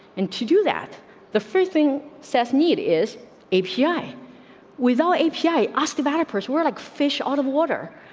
and to do that the first thing says need is a p i with ah the a p. i asked about a purse. we're like fish out of water.